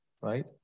right